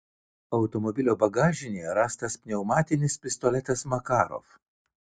automobilio bagažinėje rastas pneumatinis pistoletas makarov